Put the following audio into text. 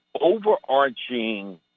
overarching